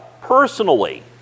personally